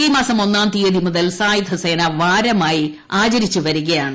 ഈ മാസം ഒന്നാം തീയതി മുതൽ സായുധസേനാ വാരമായി ആചരിച്ച് വരികയാണ്